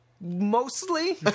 mostly